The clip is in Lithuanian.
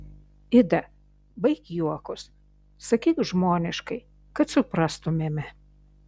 ida baik juokus sakyk žmoniškai kad suprastumėme